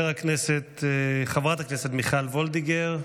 חברת הכנסת מיכל וולדיגר,